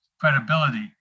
credibility